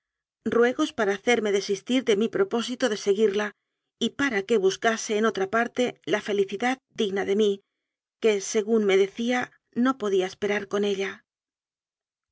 ruegos para hacerme desistir de mi propósi to de seguirla y para que buscase en otra parte la felicidad digna de mí que según me decía no podía esperar con ella